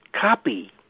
copy